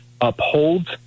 upholds